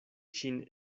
ŝin